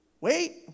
Wait